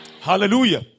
Hallelujah